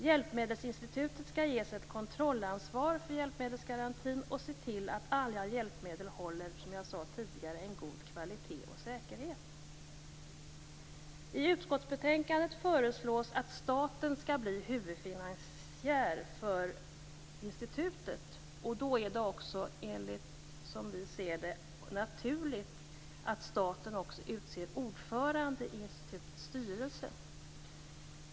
Hjälpmedelsinstitutet skall ges ett kontrollansvar för hjälpmedelsgarantin och se till att alla hjälpmedel håller en god kvalitet och säkerhet, som jag sade tidigare. I utskottsbetänkandet föreslås att staten skall bli huvudfinansiär för institutet. Som vi moderater ser det är det då också naturligt att staten också utser ordföranden i institutets styrelse.